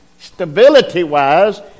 stability-wise